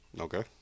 Okay